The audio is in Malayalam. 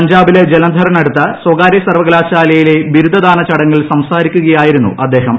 പഞ്ചാബിലെ ജലന്ധറിനടുത്ത് സ്വകാര്യ സർവ്വകലാശാലയിലെ ബിരുദദാനചടങ്ങിൽ സംസാരിക്കുകയായിരുന്നു അദ്ദേഹം